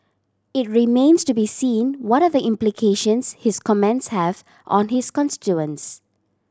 it remains to be seen what are the implications his comments have on his constituents